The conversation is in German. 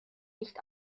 nicht